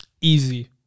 Easy